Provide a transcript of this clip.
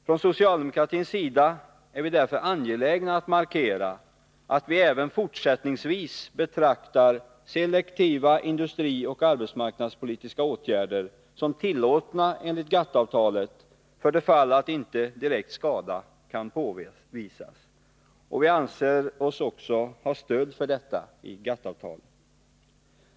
Från socialdemokratins sida är vi därför angelägna om att markera att vi även fortsättningsvis betraktar selektiva industrioch arbetsmarknadspolitiska åtgärder som tillåtna enligt GATT-avtalet för det fall att inte direkt skada kan påvisas. Vi anser oss också ha stöd för detta i GATT-avtalet.